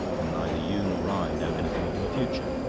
and neither you nor i know anything of your future.